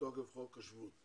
מתוקף חוק השבות.